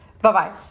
Bye-bye